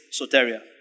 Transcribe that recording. soteria